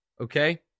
Okay